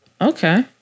Okay